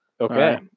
Okay